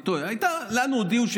לנו הודיעו,